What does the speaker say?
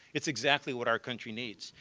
it's exactly what our country needs,